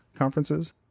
conferences